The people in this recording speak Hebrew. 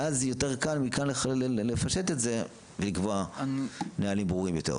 ואז יותר קל מכאן לפשט את זה ולקבוע נהלים ברורים יותר.